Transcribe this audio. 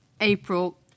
April